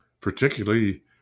particularly